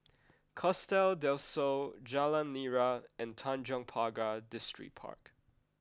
Costa del Sol Jalan Nira and Tanjong Pagar Distripark